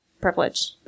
privilege